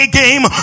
game